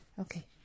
okay